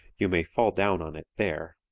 you may fall down on it there.